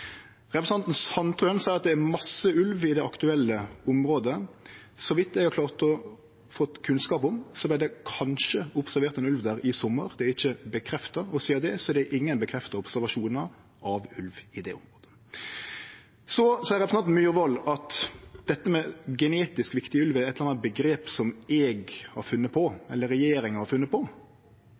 Representanten Sandtrøen seier at det er masse ulv i det aktuelle området. Så vidt eg har klart å få kunnskap om, vart det kanskje observert ein ulv der i sommar. Det er ikkje bekrefta, og sidan det er det ingen bekrefta observasjonar av ulv i det området. Representanten Myhrvold seier at dette med «genetisk viktig ulv» er eit eller anna omgrep som eg, eller regjeringa, har funne på.